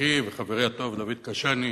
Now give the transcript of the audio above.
מדריכי וחברי הטוב דוד קשני,